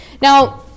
Now